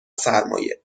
سرمایه